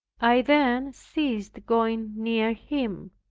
i then ceased going near him.